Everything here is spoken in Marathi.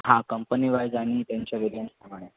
हां कंपनीवाईज आणि त्यांच्या प्रमाणे आहेत